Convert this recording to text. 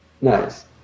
Nice